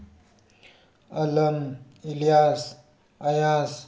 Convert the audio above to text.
ꯑꯂꯪ ꯏꯂꯤꯌꯥꯁ ꯑꯌꯥꯁ